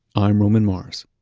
i'm roman mars